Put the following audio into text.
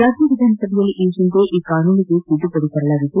ರಾಜ್ಯ ವಿಧಾನಸಭೆಯಲ್ಲಿ ಈ ಹಿಂದೆ ಈ ಕಾನೂನಿಗೆ ತಿದ್ದುಪದಿ ತರಲಾಗಿತ್ತು